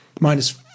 minus